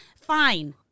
Fine